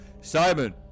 Simon